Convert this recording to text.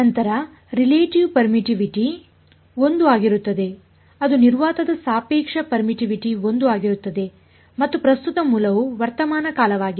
ನಂತರ relative permittivity ಒಂದು ಆಗಿರುತ್ತದೆ ಅದು ನಿರ್ವಾತದ ಸಾಪೇಕ್ಷ ಪೇರ್ಮಿಟ್ಟಿವಿಟಿ 1 ಆಗಿರುತ್ತದೆ ಮತ್ತು ಪ್ರಸ್ತುತ ಮೂಲವು ವರ್ತಮಾನ ಕಾಲವಾಗಿದೆ